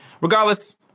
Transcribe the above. regardless